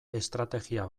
estrategia